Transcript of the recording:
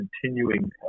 continuing